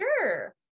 Sure